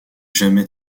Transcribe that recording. jamais